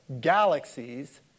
galaxies